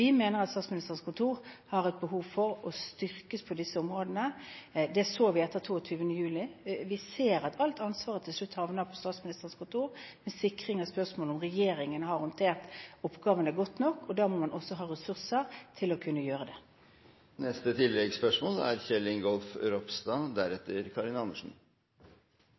mener at Statsministerens kontor har et behov for å styrkes på disse områdene. Det så vi etter 22. juli. Vi ser at alt ansvaret til slutt havner på Statsministerens kontor – med sikring av spørsmål om regjeringen har håndtert oppgavene godt nok, og da må man også ha ressurser til å kunne gjøre det. Kjell Ingolf Ropstad